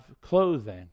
clothing